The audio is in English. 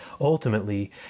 ultimately